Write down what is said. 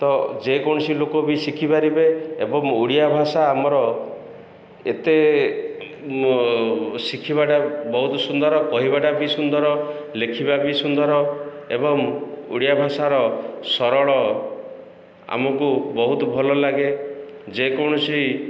ତ ଯେକୌଣସି ଲୋକ ବି ଶିଖିପାରିବେ ଏବଂ ଓଡ଼ିଆ ଭାଷା ଆମର ଏତେ ଶିଖିବାଟା ବହୁତ ସୁନ୍ଦର କହିବାଟା ବି ସୁନ୍ଦର ଲେଖିବା ବି ସୁନ୍ଦର ଏବଂ ଓଡ଼ିଆ ଭାଷାର ସରଳ ଆମକୁ ବହୁତ ଭଲ ଲାଗେ ଯେ କୌଣସି